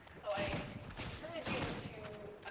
so, i encourage you to